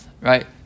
right